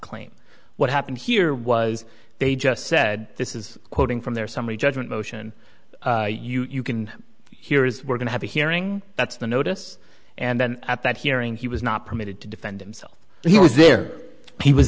claim what happened here was they just said this is quoting from their summary judgment motion you can hear is we're going to have a hearing that's the notice and then at that hearing he was not permitted to defend himself he was there he was